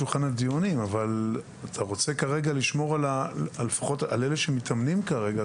לשולחן הדיונים אבל אתה רוצה כרגע לשמור על אלה שמתאמנים כרגע.